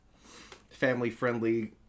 family-friendly